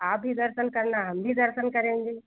आप भी दर्शन करना हम भी दर्शन करेंगे